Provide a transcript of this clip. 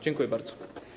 Dziękuję bardzo.